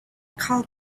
call